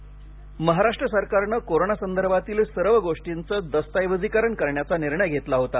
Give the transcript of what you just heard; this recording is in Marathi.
कोरोना नोंद महाराष्ट्र सरकारने कोरोनासंदर्भातील सर्व गोष्टींचं दस्तएवजीकरण करण्याचा निर्णय घेतला होता